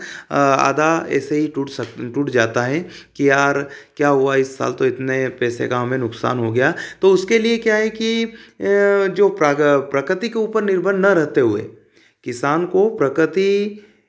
आधा ऐसे ही टूट सकती टूट जाता है क्या और क्या हुआ इस साल तो इतने पैसे का हमें नुकसान हो गया तो उसके लिए क्या है कि जो प्राग प्रकृति के ऊपर निर्भर ना रहते हुए किसान को प्रकृति